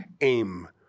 aim